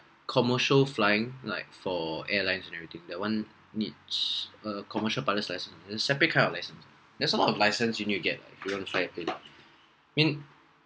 commercial flying like for airlines and everything that one needs a commercial pilots license a separate kind of license there's a lot of license you need to get if you want to fly a plane mean